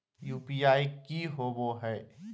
UPI की होवे हय?